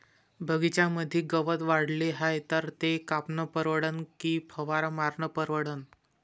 बगीच्यामंदी गवत वाढले हाये तर ते कापनं परवडन की फवारा मारनं परवडन?